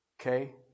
Okay